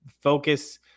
focus